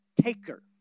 taker